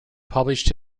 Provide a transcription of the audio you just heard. published